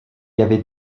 avait